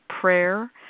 prayer